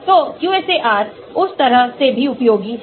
तो QSAR उस तरह से भी उपयोगी है